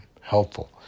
helpful